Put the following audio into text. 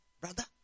brother